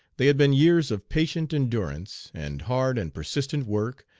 they had been years of patient endurance and hard and persistent work,